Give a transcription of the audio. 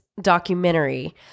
documentary